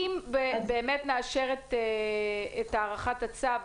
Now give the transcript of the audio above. האם את באמת מאשרת את הארכת הצו,